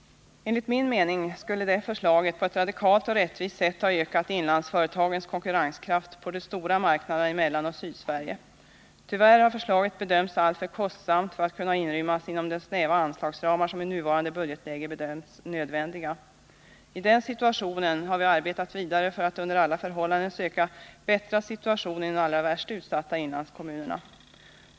Enligt min mening skulle detta förslag på ett radikalt och rättvist sätt ha ökat inlandsföretagens konkurrenskraft på de stora marknaderna i Sydoch Mellansverige. Tyvärr har förslaget bedömts alltför kostsamt för att kunna inrymmas inom de snäva anslagsramar som i nuvarande budgetläge bedömts nödvändiga. I den situationen har vi arbetat vidare för att under alla förhållanden söka bättra situationen i de allra värst utsatta inlandskommunerna.